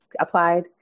applied